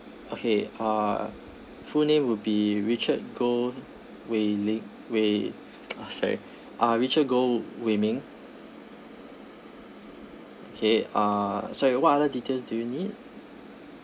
okay uh full name will be richard goh wei ling wei ah sorry uh richard goh wei ming K uh sorry what other details do you need